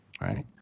right